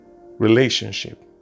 relationship